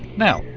now,